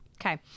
Okay